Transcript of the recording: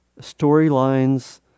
storylines